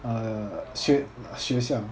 uh 学学校